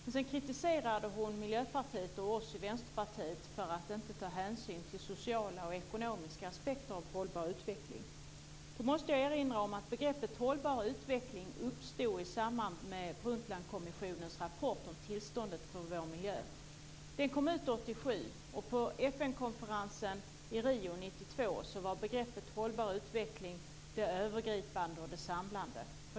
Men sedan kritiserade hon Miljöpartiet och oss i Vänsterpartiet för att inte ta hänsyn till sociala och ekonomiska aspekter av hållbar utveckling. Då måste jag erinra om att begreppet hållbar utveckling uppstod i samband med Brundtlandkommissionens rapport om tillståndet för vår miljö. Den kom ut 1987. På FN-konferensen i Rio 1992 var begreppet hållbar utveckling det övergripande och samlande.